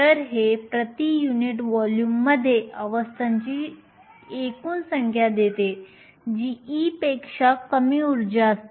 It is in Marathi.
तर हे प्रति युनिट व्हॉल्यूममध्ये अवस्थांची एकूण संख्या देते जी E पेक्षा कमी उर्जा असते